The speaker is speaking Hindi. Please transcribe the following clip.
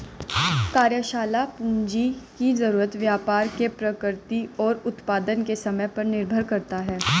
कार्यशाला पूंजी की जरूरत व्यापार की प्रकृति और उत्पादन के समय पर निर्भर करता है